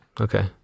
Okay